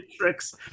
tricks